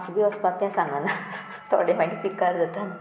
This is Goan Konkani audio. बी वचपाक तें सांगना थोडें मागीर पिकार जाता न्ही